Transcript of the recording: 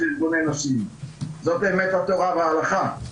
ארגוני נשים אלא זאת אמת התורה וההלכה,